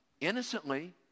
innocently